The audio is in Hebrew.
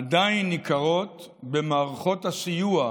עדיין ניכרות במערכות הסיוע,